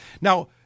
Now